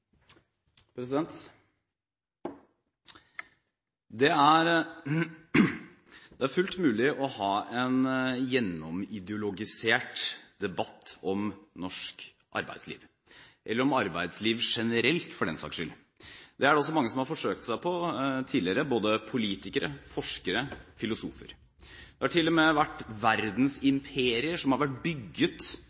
er replikkordskiftet avsluttet. Det er fullt mulig å ha en gjennomideologisert debatt om norsk arbeidsliv, eller om arbeidsliv generelt, for den saks skyld. Det er det også mange som har forsøkt seg på tidligere – både politikere, forskere og filosofer. Det har til og med vært bygget